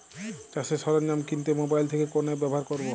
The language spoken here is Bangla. চাষের সরঞ্জাম কিনতে মোবাইল থেকে কোন অ্যাপ ব্যাবহার করব?